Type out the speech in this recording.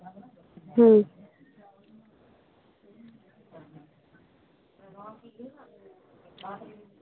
ᱦᱩᱸ